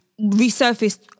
resurfaced